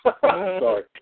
sorry